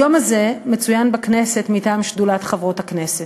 היום הזה מצוין בכנסת מטעם שדולת חברות הכנסת.